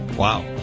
wow